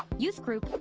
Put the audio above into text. youth group,